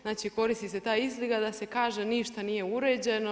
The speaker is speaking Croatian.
Znači koristi se ta izlika da se kaže ništa nije uređeno.